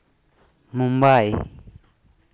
Mumbai